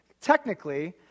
Technically